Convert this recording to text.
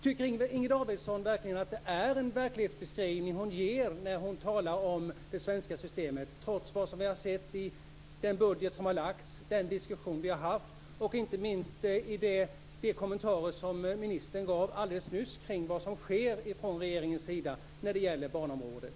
Tycker Inger Davidson att det är en verklighetsbeskrivning hon ger när hon talar om det svenska systemet, trots vad vi har sett i den budget som har lagts, den diskussion vi har haft och inte minst de kommentarer som ministern gav alldeles nyss kring vad som sker från regeringens sida när det gäller barnområdet?